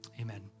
amen